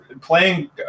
playing